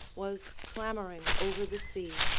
was clamouring over the sea.